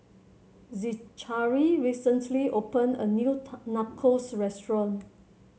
Zechariah recently opened a new Nachos Restaurant